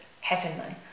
heavenly